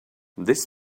this